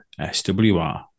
SWR